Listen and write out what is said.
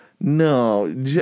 No